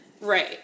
right